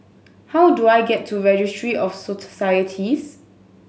how do I get to Registry of